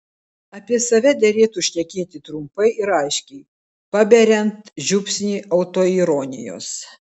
apie save derėtų šnekėti trumpai ir aiškiai paberiant žiupsnį autoironijos